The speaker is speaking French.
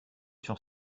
sur